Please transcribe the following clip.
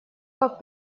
как